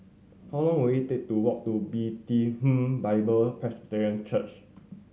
how long will it take to walk to Bible Presbyterian Church